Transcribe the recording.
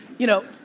you know,